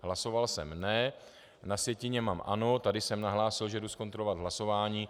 Hlasoval jsem ne, na sjetině mám ano, tady jsem nahlásil, že jdu zkontrolovat hlasování.